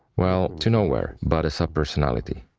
well, to nowhere but a subpersonality.